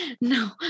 no